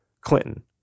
Clinton